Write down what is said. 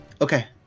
Okay